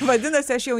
vadinasi aš jau